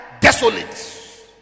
desolate